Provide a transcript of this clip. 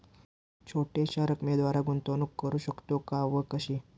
छोट्या रकमेद्वारे गुंतवणूक करू शकतो का व कशी?